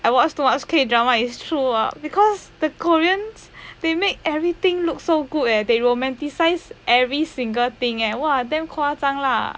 I watch too much K drama is true ah because the koreans they make everything look so good eh they romanticise every single thing eh !wah! damn 夸张啦